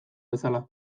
bezala